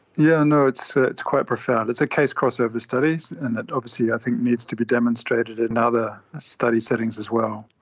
yeah know, it's ah it's quite profound, it's a case crossover study and that obviously i think needs to be demonstrated in other study settings as well.